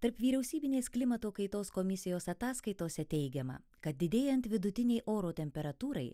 tarpvyriausybinės klimato kaitos komisijos ataskaitose teigiama kad didėjant vidutinei oro temperatūrai